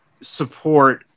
support